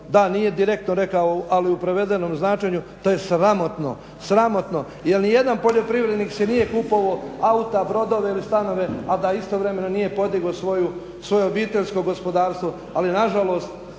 da nije direktno rekao ali u prevedenom značenju, to je sramotno, sramotno jer ni jedan poljoprivrednik se nije kupovao auta, brodove ili stanove a da istovremeno nije podigao svoje obiteljsko gospodarstvo. Ali nažalost